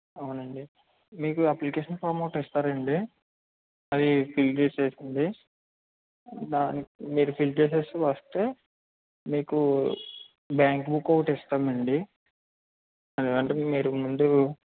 అవునండి మీకు application form ఒకటి ఇస్తారండి అది ఫిల్ చేసేసింది దానికి మీరు ఫిల్ చేసేసి వస్తే మీకు బ్యాంకు బుక్కు ఒకటి ఇస్తామండి ముందు